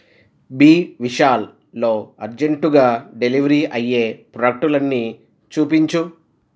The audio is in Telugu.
బి విశాల్లో అర్జెంటుగా డెలివరీ అయ్యే ప్రాడక్టులన్నీ చూపించు